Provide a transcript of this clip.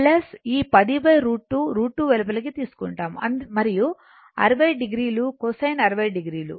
ఈ 10√ 2 √ 2 వెలుపలకి తీసుకుంటాము మరియు 60 o కొసైన్ 60 o